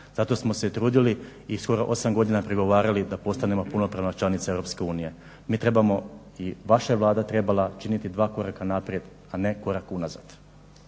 Zato smo se i trudili i skoro 8 godina pregovarali da postanemo punopravna članica EU. Mi trebamo, i vaša je Vlada trebala učiniti 2 koraka naprijed, a ne korak unazad.